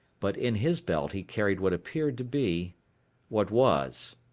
but in his belt he carried what appeared to be what was,